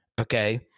okay